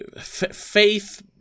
faith